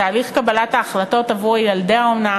תהליך קבלת ההחלטות עבור ילדי האומנה,